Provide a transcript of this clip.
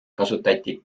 kasutati